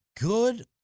Good